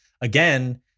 again